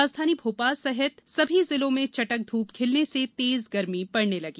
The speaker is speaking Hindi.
राजधानी भोपाल सहित सभी जिलों मे चटक धूप खिलने से तेज गर्मी पड़ने लगी